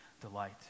delight